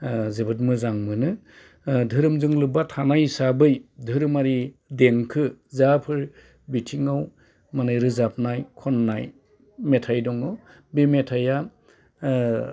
जोबोद मोजां मोनो धोरोमजों लोब्बा थानाय हिसाबै धोरोमारि देंखो जाफोर बिथिङाव माने रोजाबनाय खननाय मेथाइ दङ बे मेथाइआ